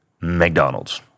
McDonald's